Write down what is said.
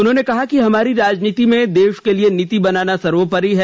उन्होंने कहा कि हमारी राजनीति में देश के लिए नीति बनाना सर्वोपरि है